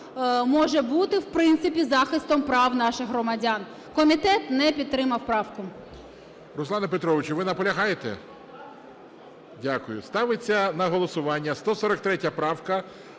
може бути в принципі захистом прав наших громадян. Комітет не підтримав правку.